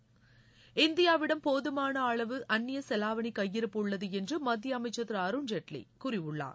றி இந்தியாவிடம் போதுமான அளவு அன்னிய செவாவணி கையிருப்பு உள்ளது என்று மத்திய அமைச்சர் திரு அருண்ஜேட்லி கூறியுள்ளார்